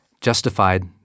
justified